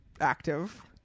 active